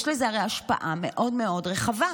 יש לזה הרי השפעה מאוד מאוד רחבה.